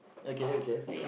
okay okay